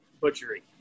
butchery